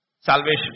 salvation